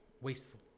Wasteful